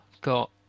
got